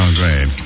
great